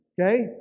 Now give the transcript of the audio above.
okay